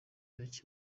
mujyi